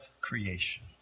creation